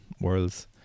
Worlds